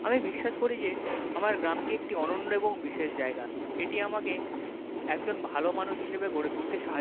আমি বিশ্বাস করি যে আমার গ্রামটি একটি অনন্য এবং বিশেষ জায়গা এটি আমাকে একজন ভালো মানুষ হিসেবে গড়ে তুলতে সাহা